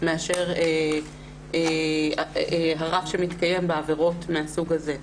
מאשר הרף שמתקיים בעבירות מהסוג הזה.